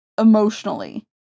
emotionally